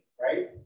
right